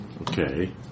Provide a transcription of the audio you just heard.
Okay